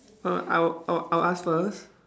err I'll I'll I'll ask first